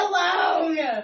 alone